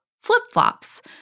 flip-flops